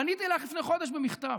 פניתי אלייך לפני חודש במכתב.